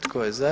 Tko je za?